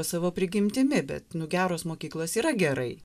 savo prigimtimi bet nu geros mokyklos yra gerai